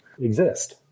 exist